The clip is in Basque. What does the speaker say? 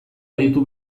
aditu